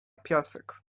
piasek